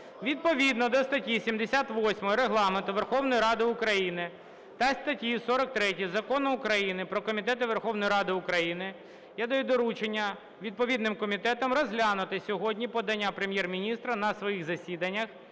Відповідно до статті 78 Регламенту Верховної Ради України та статті 43 Закону України "Про Комітети Верховної Ради України" я даю доручення відповідним комітетам розглянути сьогодні подання Прем'єр-міністра на своїх засіданнях